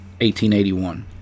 1881